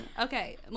Okay